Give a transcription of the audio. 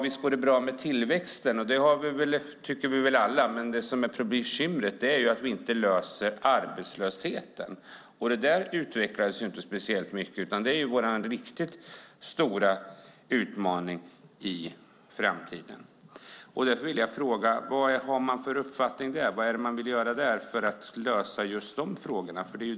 Visst går det bra med tillväxten, och det tycker vi väl alla är bra, men det som är bekymret är att vi inte löser arbetslöshetsfrågan. Det där utvecklades inte speciellt mycket. Det är vår riktigt stora utmaning i framtiden. Därför vill jag fråga: Vad har man för uppfattning där? Vad är det man vill göra för att lösa just de frågorna?